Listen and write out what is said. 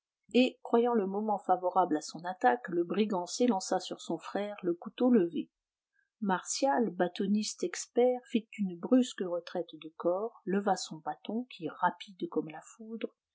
et croyant le moment favorable à son attaque le brigand s'élança sur son frère le couteau levé martial bâtonniste expert fit une brusque retraite de corps leva son bâton qui rapide comme la foudre